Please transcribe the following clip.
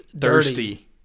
thirsty